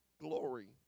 glory